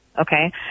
Okay